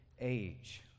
age